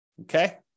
Okay